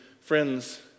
Friends